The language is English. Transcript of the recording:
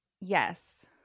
Yes